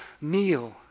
meal